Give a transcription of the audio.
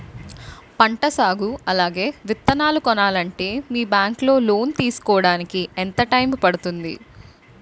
పంట సాగు అలాగే విత్తనాలు కొనాలి అంటే మీ బ్యాంక్ లో లోన్ తీసుకోడానికి ఎంత టైం పడుతుంది?